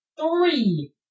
Three